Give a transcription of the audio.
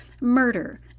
Murder